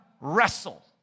wrestle